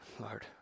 Lord